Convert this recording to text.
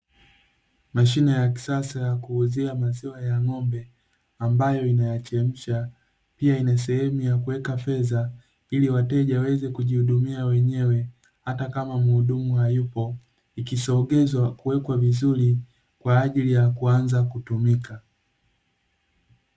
Mashine ya kisasa ya kuuzia maziwa ya ng'ombe, ambayo inayachemsha. Pia ina sehemu ya kuweka fedha, ili wateja waweze kujihudumia wenyewe hata kama mhudumu hayupo, ikisogezwa kuwekwa vizuri kwa ajili ya kuanza kutumika.